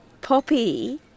Poppy